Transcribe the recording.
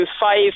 five